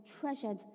treasured